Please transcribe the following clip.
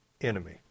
enemy